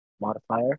modifier